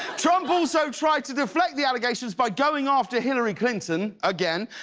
trump also tried to deflect the allegations by going after hillary clinton. again.